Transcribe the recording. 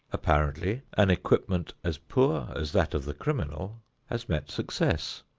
apparently an equipment as poor as that of the criminal has met success,